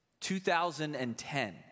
2010